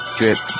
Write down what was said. drip